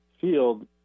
field